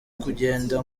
kugenda